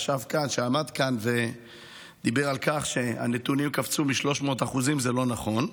שעמד כאן ודיבר על כך שהנתונים קפצו ב-300% זה לא נכון.